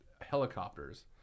helicopters